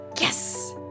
Yes